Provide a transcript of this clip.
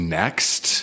next